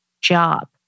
job